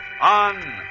on